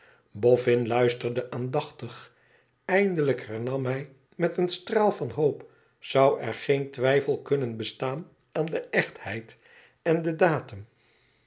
boffin luisterde aandachtig eindelijk hernam hij met een straal van hoop zou er geen twijfel kunnen bestaan aan de echtheid en den datum